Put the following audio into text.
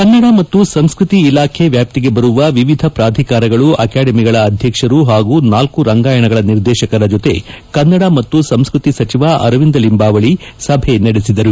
ಕನ್ನಡ ಮತ್ತು ಸಂಸ್ಕತಿ ಇಲಾಖೆ ವ್ಯಾಪ್ತಿಗೆ ಬರುವ ವಿವಿಧ ಪ್ರಾಧಿಕಾರಗಳು ಹಾಗೂ ಅಕಾಡೆಮಿಗಳ ಅಧ್ಯಕ್ಷರು ಹಾಗೂ ನಾಲ್ಲು ರಂಗಾಯಣಗಳ ನಿರ್ದೇಶಕರ ಜೊತೆ ಕನ್ನಡ ಮತ್ತು ಸಂಸ್ಕೃತಿ ಸಚಿವ ಅರವಿಂದ ಲಿಂಬಾವಳಿ ಸಭೆ ನಡೆಸಿದರು